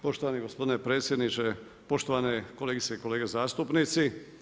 Poštovani gospodine predsjedniče, poštovane kolegice i kolege zastupnici.